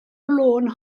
lôn